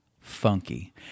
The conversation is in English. funky